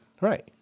Right